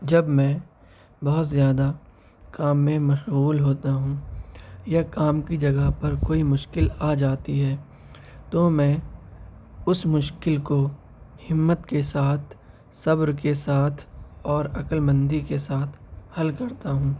جب میں بہت زیادہ کام میں مشغول ہوتا ہوں یا کام کی جگہ پر کوئی مشکل آ جاتی ہے تو میں اس مشکل کو ہمت کے ساتھ صبر کے ساتھ اور عقل مندی کے ساتھ حل کرتا ہوں